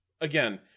again